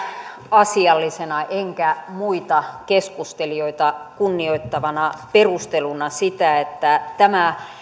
asiallisena enkä muita keskustelijoita kunnioittavana perusteluna sitä että tämä